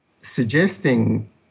suggesting